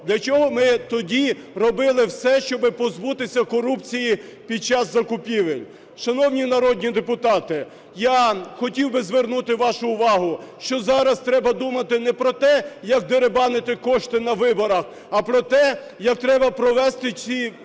Для чого ми тоді робили все, щоб позбутися корупції під час закупівель? Шановні народні депутати, я хотів би звернути вашу увагу, що зараз треба думати не про те, як дерибанити кошти на виборах, а про те, як треба провести ці